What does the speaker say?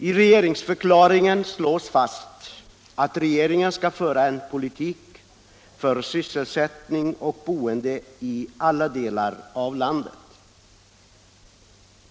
I regeringsförklaringen slås fast att regeringen skall föra en politik för sysselsättning och boende i alla delar av landet.